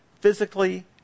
physically